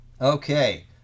Okay